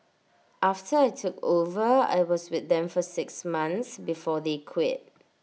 after I took over I was with them for six months before they quit